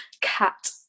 cat